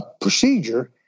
procedure